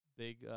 Big